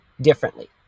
differently